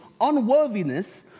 unworthiness